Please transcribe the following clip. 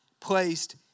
placed